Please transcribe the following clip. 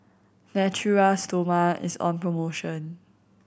Natura Stoma is on promotion